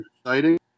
exciting